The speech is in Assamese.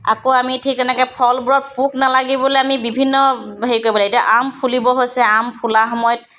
আকৌ আমি ঠিক তেনেকৈ ফলবোৰত পোক নালাগিবলৈ আমি বিভিন্ন হেৰি কৰিব লাগে এতিয়া আম ফুলিব হৈছে আম ফুলা সময়ত